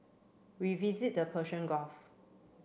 we visit the Persian Gulf